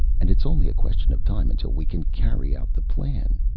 and its only a question of time until we can carry out the plan.